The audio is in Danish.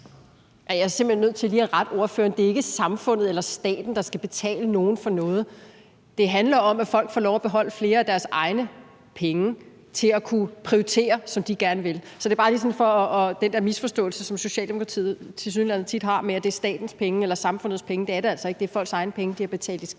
hen nødt til lige at rette ordføreren. Det er ikke samfundet eller staten, der skal betale nogen for noget. Det handler om, at folk får lov til at beholde flere af deres egne penge til at kunne prioritere, som de gerne vil. Det er bare for lige at rette op på den misforståelse, som tilsyneladende tit opstår hos Socialdemokratiet, om, at det er statens eller samfundets penge – det er det altså ikke. Det er folk egne penge, som de har betalt i skat,